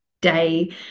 day